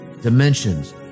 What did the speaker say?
dimensions